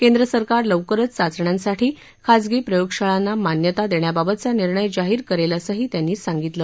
केंद्र सरकार लवकरच चाचण्यांसाठी खाजगी प्रयोगशाळांना मान्यता देण्याबाबतचा निर्णय जाहीर करेल असंही त्यांनी सांगितलं